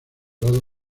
lados